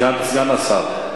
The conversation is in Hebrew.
סגן השר,